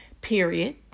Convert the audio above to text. Period